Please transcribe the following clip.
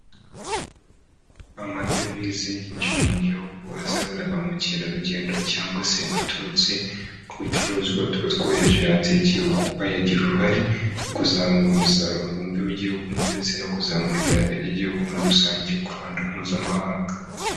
Amadevize yinjira mu gihugu azanywe na ba mukerarugendo cyangwa se aturutse ku bicuruzwa tuba twohereje hanze y'igihugu. Aya agira uruhare mu kuzamura umusaruro mbumbe w'igihugu ndetse no kuzamura iterambere ry'igihugu muri rusange, ku ruhando mpuzamahanga.